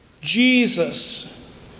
Jesus